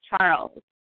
Charles